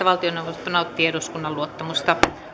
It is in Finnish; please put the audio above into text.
valtioneuvosto eduskunnan luottamusta